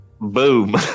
Boom